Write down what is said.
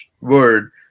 word